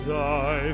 thy